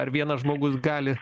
ar vienas žmogus gali